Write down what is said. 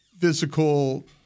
Physical